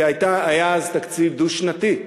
כי היה אז תקציב דו-שנתי.